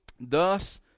Thus